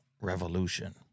Revolution